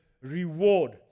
reward